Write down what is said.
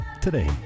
today